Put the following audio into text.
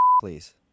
please